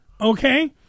okay